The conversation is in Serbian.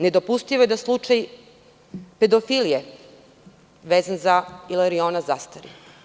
Nedopustivo je da slučaj pedofilije vezan Ilarijona zastari.